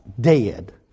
dead